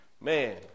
Man